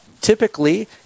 Typically